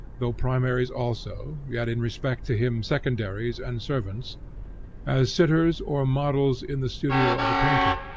though primaries also, yet, in respect to him, secondaries and servants as sitters or models in the studio of a painter,